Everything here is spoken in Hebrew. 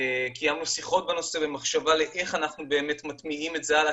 קיימנו שיחות בנושא איך אנחנו מטמיעים את זה הלאה.